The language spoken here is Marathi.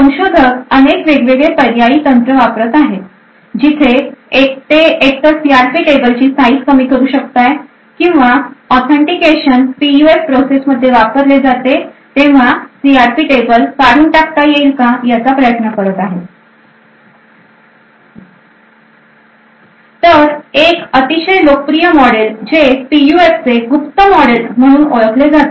संशोधक अनेक वेगवेगळे पर्यायी तंत्र वापरत आहे जिथे ते एकतर सीआरपी टेबल ची साईज कमी करू शकतो काय किंवा ऑथेंटिकेशनपीयूएफ प्रोसेस मध्ये वापरले जाते तेव्हा सीआरपी टेबल काढून टाकता येईल का याचा प्रयत्न करत आहेत तर एक अतिशय लोकप्रिय मॉडेल जे पीयूएफचे गुप्त मॉडेल म्हणून ओळखले जाते